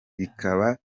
bikaba